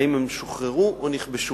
האם הם שוחררו או נכבשו?